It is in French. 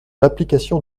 l’application